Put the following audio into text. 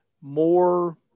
more